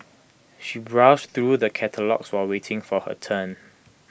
she browsed through the catalogues while waiting for her turn